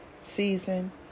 season